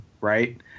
right